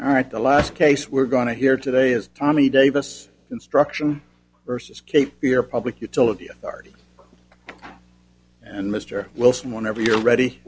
all right the last case we're going to hear today is tommy davis construction versus cape fear public utility authority and mr wilson whenever you're ready